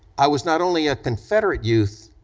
i was not only a confederate youth,